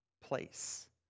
place